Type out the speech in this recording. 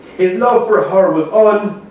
his love for her was ah ah